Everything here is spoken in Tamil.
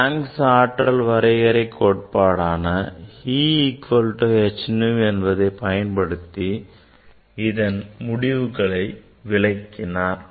Planck's ஆற்றல் வரையறை கோட்பாடான E equal to h nu என்பதைப் பயன்படுத்தி இதன் முடிவுகளை விளக்கினார்